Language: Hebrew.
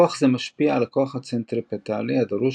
כוח זה משפיע על הכוח הצנטריפטלי הדרוש